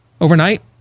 overnight